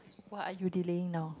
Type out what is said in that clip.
what are you delaying now